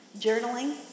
journaling